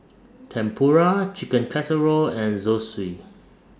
Tempura Chicken Casserole and Zosui